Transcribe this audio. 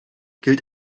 gilt